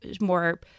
more